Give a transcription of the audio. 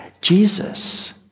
Jesus